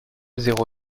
zéro